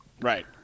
Right